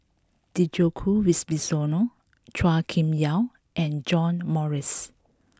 Djoko Wibisono Chua Kim Yeow and John Morrice